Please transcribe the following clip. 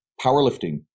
powerlifting